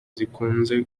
zikunze